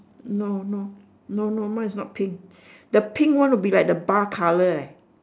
no no no no mine is not pink the pink one would be like the bar colour eh